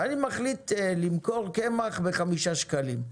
ואני מחליט למכור קמח בחמישה שקלים.